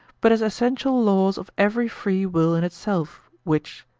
but as essential laws of every free will in itself, which,